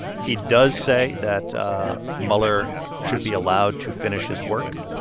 he does say that mueller should be allowed to finish his work.